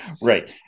Right